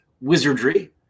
wizardry